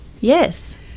yes